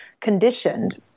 conditioned